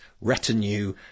retinue